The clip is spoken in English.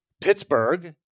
Pittsburgh